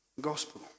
gospel